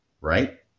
right